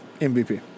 MVP